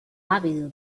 ávido